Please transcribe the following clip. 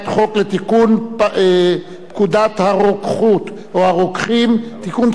החוק לתיקון פקודת הרוקחים (מס' 20) (תיקון,